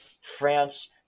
France